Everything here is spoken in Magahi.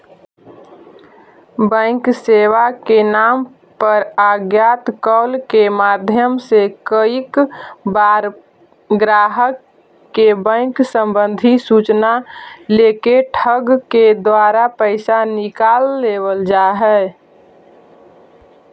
बैंक सेवा के नाम पर अज्ञात कॉल के माध्यम से कईक बार ग्राहक के बैंक संबंधी सूचना लेके ठग के द्वारा पैसा निकाल लेवल जा हइ